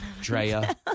Drea